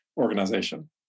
organization